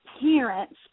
parents